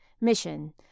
Mission